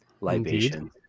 libation